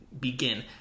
begin